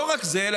לא רק זה,